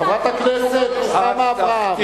חברת הכנסת רוחמה אברהם.